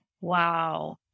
Wow